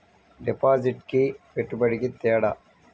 డిపాజిట్కి పెట్టుబడికి తేడా?